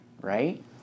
right